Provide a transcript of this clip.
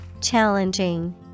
Challenging